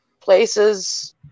places